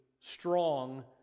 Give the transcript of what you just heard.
strong